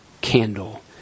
candle